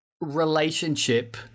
relationship